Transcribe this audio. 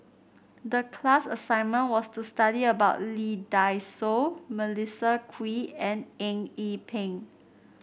the class assignment was to study about Lee Dai Soh Melissa Kwee and Eng Yee Peng